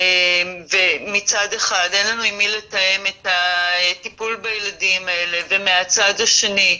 את הטיפול בילדים האלה, ומהצד השני,